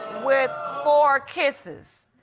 with four kisses.